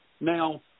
Now